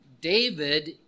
David